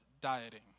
dieting